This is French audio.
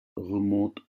remonte